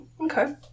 Okay